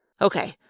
Okay